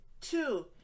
two